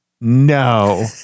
no